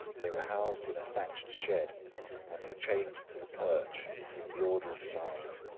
they were housed in a thatched shed and were chained to the perch in the order of size.